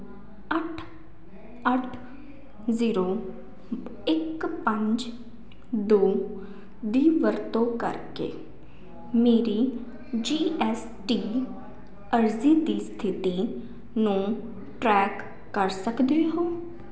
ਅੱਠ ਅੱਠ ਜ਼ੀਰੋ ਇੱਕ ਪੰਜ ਦੋ ਦੀ ਵਰਤੋਂ ਕਰਕੇ ਮੇਰੀ ਜੀ ਐਸ ਟੀ ਅਰਜ਼ੀ ਦੀ ਸਥਿਤੀ ਨੂੰ ਟਰੈਕ ਕਰ ਸਕਦੇ ਹੋ